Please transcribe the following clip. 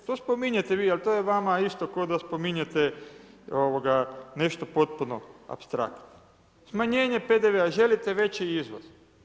To spominjete vi, ali to je vama isto, ko da spominjete nešto potpuno apstraktno, smanjenje PDV-a, želite veći iznos.